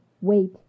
wait